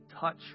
touch